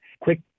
quick